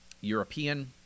European